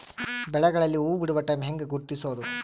ಬೆಳೆಗಳಲ್ಲಿ ಹೂಬಿಡುವ ಟೈಮ್ ಹೆಂಗ ಗುರುತಿಸೋದ?